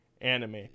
Anime